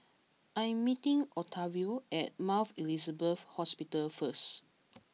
I am meeting Octavio at Mount Elizabeth Hospital first